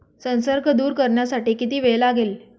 संसर्ग दूर करण्यासाठी किती वेळ लागेल?